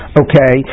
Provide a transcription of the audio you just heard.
okay